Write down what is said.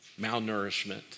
malnourishment